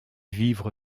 vivre